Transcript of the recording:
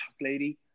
Lady